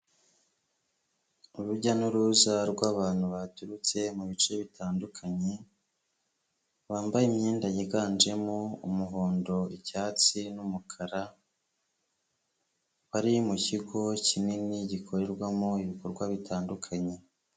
Urujya n'uruza rw'abantu baturutse mu bice bitandukanye, bambaye imyenda yiganjemo umuhondo, icyatsi n'umukara, bari mu kigo kinini gikorerwamo ibikorwa bitandukanye.